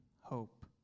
hope